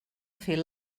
fer